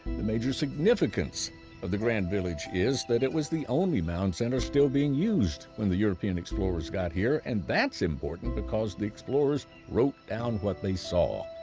the major significance of the grand village is that it was the only mound center still being used when the european explorers got here, and that's important because the explorers wrote down what they saw.